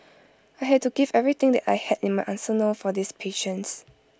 I had to give everything that I had in my arsenal for these patients